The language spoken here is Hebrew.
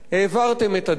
העברתם את הדף,